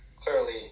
clearly